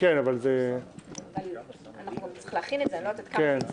אנחנו נצטרך להכין את זה.